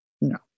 No